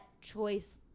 choice